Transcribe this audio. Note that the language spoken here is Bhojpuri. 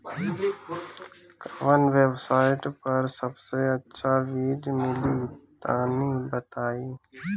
कवन वेबसाइट पर सबसे अच्छा बीज मिली तनि बताई?